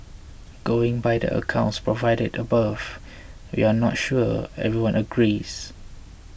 going by the accounts provided above we're not sure everyone agrees